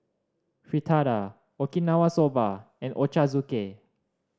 Fritada Okinawa Soba and Ochazuke